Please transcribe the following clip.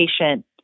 patient